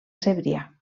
cebrià